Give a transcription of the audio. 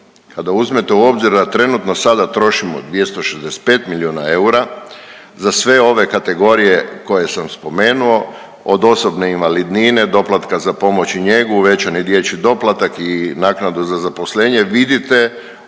Kada uzmete u obzir da trenutno sada trošimo 265 milijuna eura, za sve ove kategorije koje sam spomenuo, od osobne invalidnine, doplatka za pomoć i njegu, uvećani dječji doplatak i naknadu za zaposlenje, vidite o